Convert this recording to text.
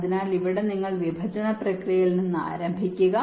അതിനാൽ ഇവിടെ നിങ്ങൾ വിഭജന പ്രക്രിയയിൽ നിന്ന് ആരംഭിക്കുക